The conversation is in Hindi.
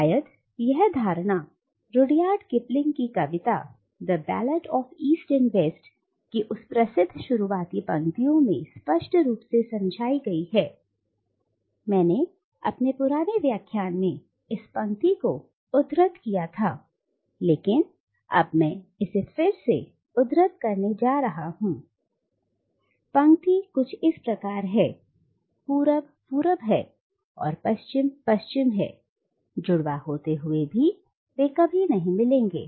शायद यह धारणा रुडयार्ड किपलिंग की कविता The Ballad of East and West कि उस प्रसिद्ध शुरुआती पंक्तियों में स्पष्ट रूप से समझाई गई है मैंने अपने पुरानी व्याख्यान में इस पंक्ति को उद्धृत किया था लेकिन अब मैं इसे फिर से उद्धृत करने जा रहा हूं पंक्ति कुछ इस प्रकार है " पूरब पूरब है और पश्चिम पश्चिम है जुड़वा होते हुए भी वे कभी नहीं मिलेंगे"